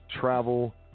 travel